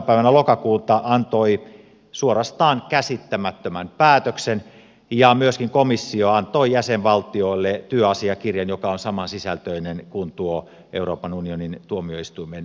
päivänä lokakuuta antoi suorastaan käsittämättömän päätöksen ja myöskin komissio antoi jäsenvaltioille työasiakirjan joka on samansisältöinen kuin tuo euroopan unionin tuomioistuimen päätös